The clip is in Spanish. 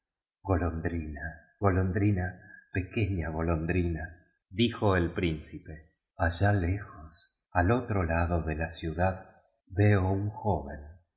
golondrina golondrina pequeña golondrina dijo el príncipe allá lejos al otro lado fie la ciudad veo un joven